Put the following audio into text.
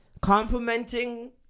complimenting